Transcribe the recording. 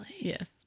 Yes